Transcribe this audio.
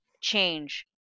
change